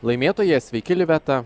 laimėtoja sveiki liveta